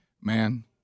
man